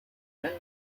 and